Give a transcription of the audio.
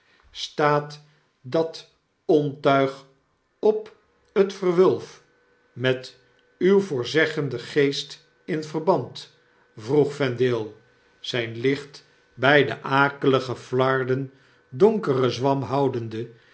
staat dat ontuig op het verwulf met uw in den keldek voorzeggenden geest in verband vroeg vendale zijn licht bij de akelige fiarden donkere zwam houdende